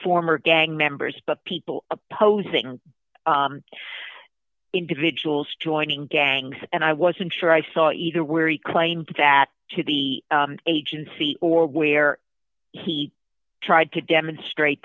former gang members but people opposing individuals joining gangs and i wasn't sure i saw either where he claimed that to the agency or where he tried to demonstrate